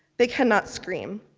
they cannot scream.